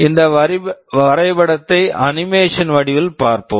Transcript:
இந்த வரைபடத்தை animation animation வடிவில் பார்ப்போம்